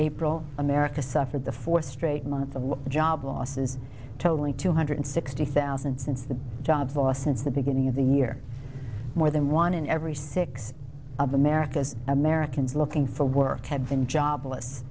april america suffered the fourth straight month of job losses totally two hundred sixty thousand since the jobs lost since the beginning of the year more than one in every six americas americans looking for work have been jobless